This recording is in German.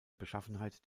beschaffenheit